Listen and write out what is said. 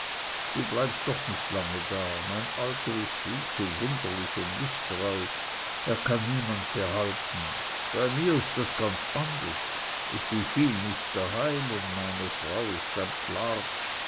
du bleibst doch nicht lange da mein alter ist viel zu wunderlich und mißtreu er kann niemand behalten bei mir ist das ganz anders ich bin viel nicht daheim und meine frau ist ein